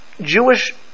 Jewish